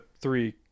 three